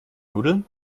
nudeln